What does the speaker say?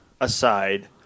aside